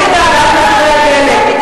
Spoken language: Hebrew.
לא ראיתי שום מאבק נגד העלאת מחירי הדלק.